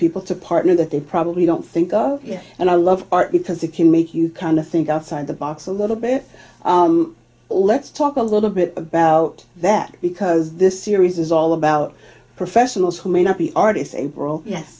people to partner that they probably don't think oh yes and i love art because it can make you kind of think outside the box a little bit all let's talk a little bit about that because this series is all about professionals who may not be artists april yes